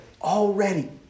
Already